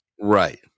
right